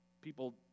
people